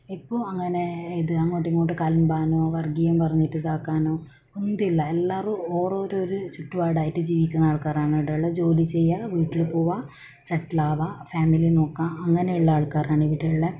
ഇപ്പോൾ അങ്ങനെ ഇത് അങ്ങോട്ടുമിങ്ങോട്ടും കലമ്പാനോ വർഗീയം പറഞ്ഞിട്ട് ഇതാക്കാനോ ഒന്തില്ല എല്ലാവരും ഒരോരോരോ ചുറ്റുപാടായിട്ട് ജീവിക്കുന്ന ആൾക്കാരാണ് ഇവിടെയുള്ളത് ജോലി ചെയ്യുക വീട്ടിൽ പോവുക സെറ്റിൽ ആവുക ഫാമിലി നോക്കുക അങ്ങനെ ഉള്ള ആൾക്കാരാണ് ഇവിടെയുള്ളത്